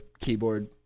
keyboard